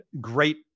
great